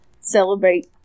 celebrate